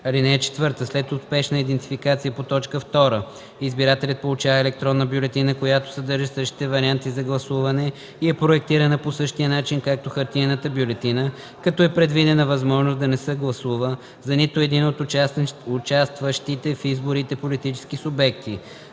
IP адрес; 4. след успешна идентификация по т. 2 избирателят получава електронна бюлетина, която съдържа същите варианти за гласуване и е проектирана по същия начин, както хартиената бюлетина, като е предвидена възможност да не се гласува за нито един от участващите в изборите политически субекти;